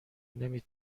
نمی